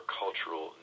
cultural